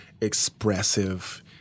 expressive